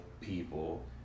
people